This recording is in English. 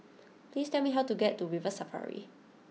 please tell me how to get to River Safari